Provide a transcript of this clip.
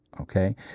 okay